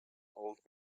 old